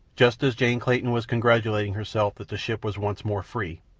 just as jane clayton was congratulating herself that the ship was once more free,